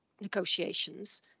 negotiations